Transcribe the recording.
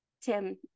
tim